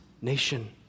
nation